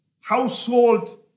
household